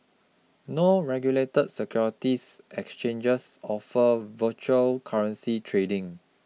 no regulated securities exchanges offer virtual currency trading